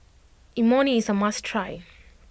Imoni is a must try